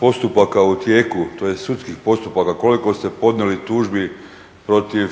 postupaka u tijelu, tj. sudskih postupaka, koliko ste podnijeli tužbi protiv